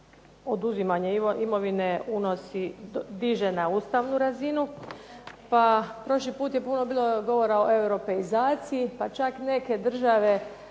oduzimanjem imovine diže na ustavnu razinu, pa prošli puta je puno bilo govora o europeizaciji, pa čak neke države